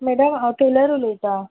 madam हांव tailor उलयतां